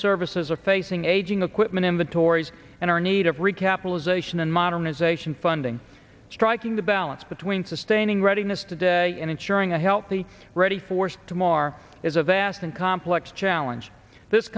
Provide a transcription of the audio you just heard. services are facing aging equipment inventories and our need of recapitalisation and modernization funding striking the balance between sustaining readiness today and ensuring a healthy ready force tomar is a vast and complex challenge this